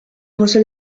reçoit